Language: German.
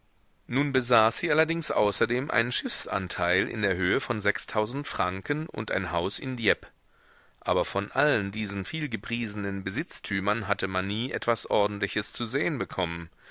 nun besaß sie allerdings außerdem einen schiffsanteil in der höhe von sechstausend franken und ein haus in dieppe aber von allen diesen vielgepriesenen besitztümern hatte man nie etwas ordentliches zu sehen bekommen